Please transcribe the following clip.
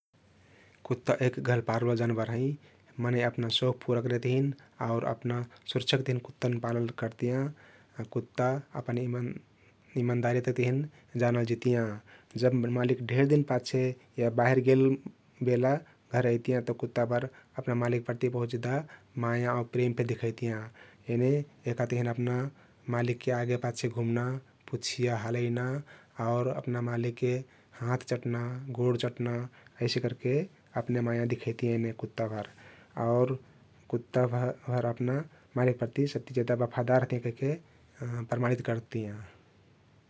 कुत्ता एक घरपालुवा जानबर हँइ । मनई अपना सौख पुरा करेक तहिन आउर अपन सु्रक्षक तहिन कुत्तान पालन करतियाँ । कुत्ता अपन इमनदारीता तहिन जानल जितियाँ । जब मालिक ढेर दिन पाछे या बाहिर गेल बेला घर अइतियाँ तउ कुत्ताभर अपना मालिक प्रति बहुत जेदा माया आउ प्रेम फे दिखइतियाँ । एने यहका तहिन अपना मालिकके आगे पाछे घुम्ना, पुँछिया हलइना आउर अपना मालिकके हाँथ चट्ना, गोर चट्ना अइसे करके अपन माया दिखइतियाँ एने कुत्ताभर । आउर कुत्ता भर अपना मालिक प्रति सबति जेदा बफादार रहतियाँ कहिके प्रमाणित करतियाँ ।